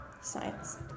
science